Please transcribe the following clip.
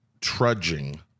trudging